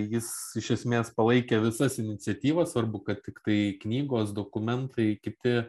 jis iš esmės palaikė visas iniciatyvas svarbu kad tiktai knygos dokumentai kiti